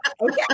okay